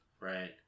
right